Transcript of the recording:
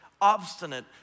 obstinate